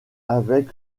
avec